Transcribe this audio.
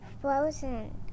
Frozen